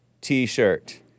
t-shirt